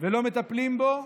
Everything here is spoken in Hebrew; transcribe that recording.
לא מטפלים בו,